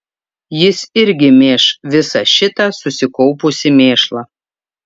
jis irgi mėš visą šitą susikaupusį mėšlą